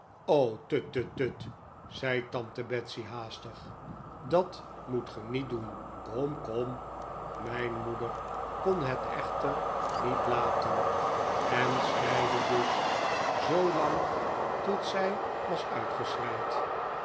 tut tut zei tante betsey haastig dat moet ge niet doen kom kom mijn moeder kon het echter niet laten en schreide dus zoo lang tot zij was